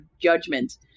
judgment